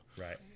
Right